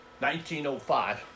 1905